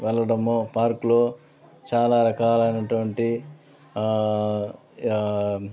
వెళ్ళడము పార్క్లో చాలా రకాలైనటువంటి